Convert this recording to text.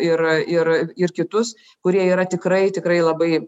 ir ir ir kitus kurie yra tikrai tikrai labai